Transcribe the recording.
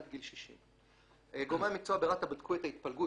עד גיל 60. גורמי המקצוע ברת"א בדקו את ההתפלגות,